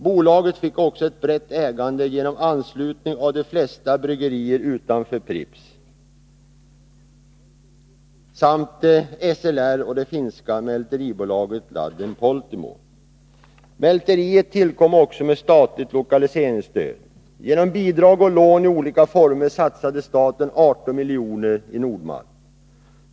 Bolaget fick också ett brett ägande genom anslutning av de flesta bryggerier utanför Pripps samt SLR och det finska mälteribolaget Lahden Polttimo. Mälteriet tillkom också med statligt lokaliseringsstöd. Genom bidrag och lån i olika former satsade staten ca 18 miljoner i Nord-Malt.